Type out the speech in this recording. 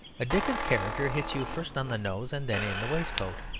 a dickens character hits you first on the nose and then in the waistcoat,